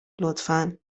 لطفا